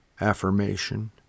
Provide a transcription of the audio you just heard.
affirmation